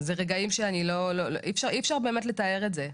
אלו רגעים שלא ניתן לתאר אותם,